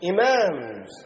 Imams